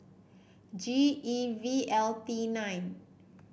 G E V L T nine